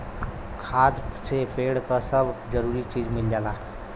खाद से पेड़ क सब जरूरी चीज मिल जाला